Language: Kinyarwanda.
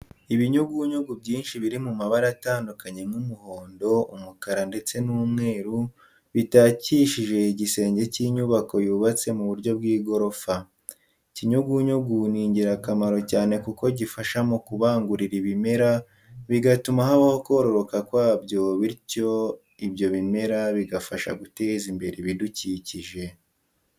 Ibinyugunyugu byinshi biri mu mabara atandukanye nk'umuhondo, umukara ndetse n'umweru bitakishije igisenge cy'inyubako yubatse mu buryo bw'igorofa. Ikinyugunyugu ni ingurakamaro cyane kuko gifasha mu kubangurira ibimera bigatuma habaho kororoka kwabyo bityo ibyo bimera bigafasha guteza imbere ibidukikije.